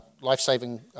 life-saving